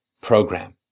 program